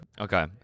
Okay